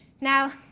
Now